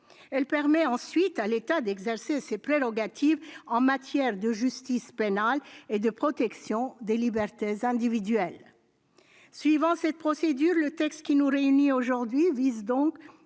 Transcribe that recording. elle permet à l'État d'exercer ses prérogatives en matière de justice pénale et de protection des libertés individuelles. Suivant cette procédure, le texte qui nous réunit aujourd'hui vise à